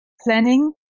Planning